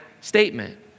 statement